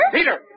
Peter